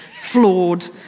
Flawed